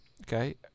okay